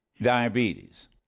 Diabetes